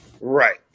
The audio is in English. Right